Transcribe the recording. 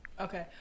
okay